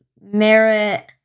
merit